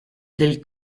del